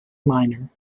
minor